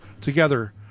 Together